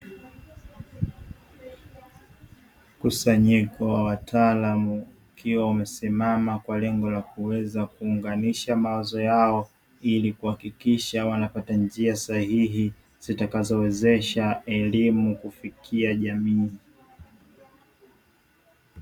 Mkusanyiko wa wataalamu, ukiwa umesimama kwa lengo la kuweza kuunganisha mawazo yao, ili kuhakikisha wanapata njia sahihi zitakazowezesha elimu kufikia jamii.